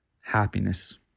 happiness